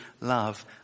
love